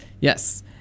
Yes